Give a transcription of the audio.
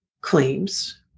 claims